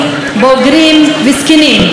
בוגרים וזקנים,